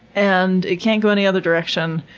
and it can't go any other direction.